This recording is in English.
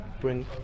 bring